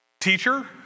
Teacher